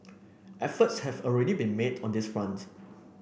efforts have already been made on this front